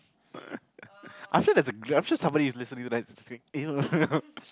I'm sure there I'm sure somebody is listening to that !eww!